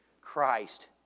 Christ